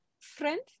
friend